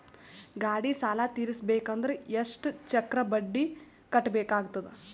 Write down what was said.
ಗಾಡಿ ಸಾಲ ತಿರಸಬೇಕಂದರ ಎಷ್ಟ ಚಕ್ರ ಬಡ್ಡಿ ಕಟ್ಟಬೇಕಾಗತದ?